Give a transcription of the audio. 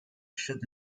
should